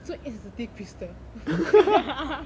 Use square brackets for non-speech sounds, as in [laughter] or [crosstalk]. so insensitive crystal [laughs]